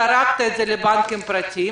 זרקת את זה לבנקים פרטיים,